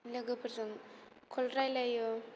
लोगोफोरजों कल रायज्लायो